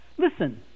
Listen